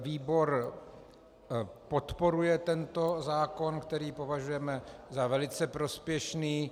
Výbor podporuje tento zákon, který považujeme za velice prospěšný.